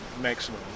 maximum